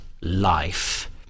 life